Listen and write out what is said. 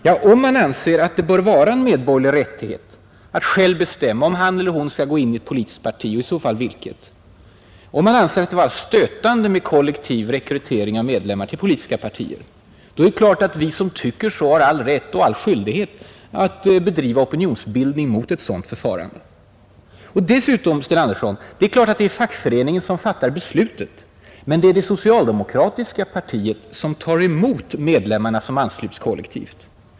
Men om man anser att det bör vara en medborgerlig rättighet för den enskilde att själv bestämma om han eller hon skall gå in i ett politiskt parti och i så fall vilket, och om man anser det vara stötande med kollektiv rekrytering av medlemmar till politiska partier, så är det klart att vi som tycker så har all rätt och all skyldighet att bedriva opinionsbildning mot ett sådant förfarande. Och dessutom, Sten Andersson: Visst är det klart att det är fackföreningen som fattar beslutet. Men det är det socialdemokratiska partiet som tar emot medlemmarna som ansluts kollektivt.